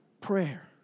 Prayer